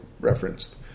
referenced